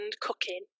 cooking